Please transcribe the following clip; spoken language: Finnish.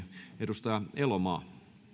edustaja elomaa arvoisa